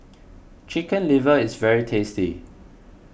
Chicken Liver is very tasty